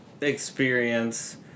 experience